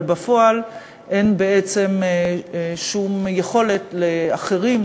אבל בפועל אין שום יכולת לאחרים,